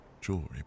jewelry